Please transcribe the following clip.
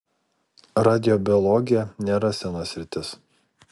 radiobiologija nėra sena sritis